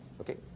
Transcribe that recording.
Okay